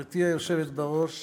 גברתי היושבת בראש,